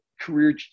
career